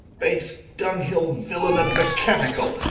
base dunghill villaine, and mechanicall,